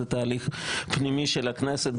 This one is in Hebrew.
זה תהליך פנימי של הכנסת,